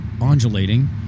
undulating